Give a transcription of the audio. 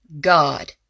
God